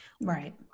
right